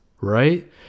right